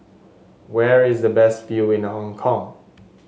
where is the best view in the Hong Kong